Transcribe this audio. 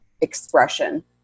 expression